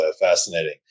fascinating